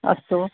अस्तु